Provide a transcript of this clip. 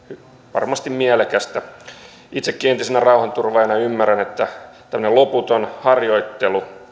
varmasti mielekästä itsekin entisenä rauhanturvaajana ymmärrän että tämmöinen loputon harjoittelu